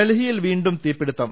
ഡൽഹിയിൽ വീണ്ടും തീപിടിത്തം